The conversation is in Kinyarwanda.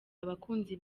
abakunzi